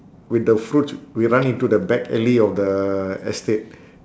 with the fruits we run into the back alley of the estate